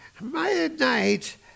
midnight